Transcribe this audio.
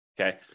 Okay